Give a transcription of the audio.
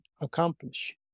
accomplish